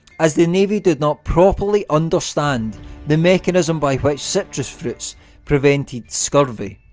as the navy did not properly understand the mechanism by which citrus fruits prevented scurvy.